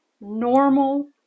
normal